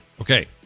okay